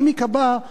הגימיק הבא,